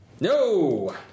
No